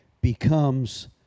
becomes